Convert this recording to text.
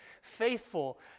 faithful